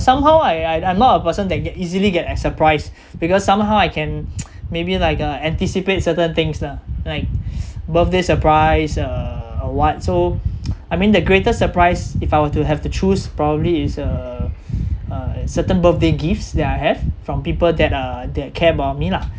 somehow I I I'm not a person that get easily get surprise because somehow I can maybe like uh anticipate certain things lah like birthday surprise uh or what so I mean the greatest surprise if I were to have to choose probably is uh uh certain birthday gifts that I have from people that uh that care about me lah